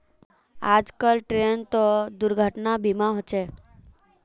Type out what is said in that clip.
आजकल ट्रेनतो दुर्घटना बीमा होचे